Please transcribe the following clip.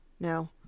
No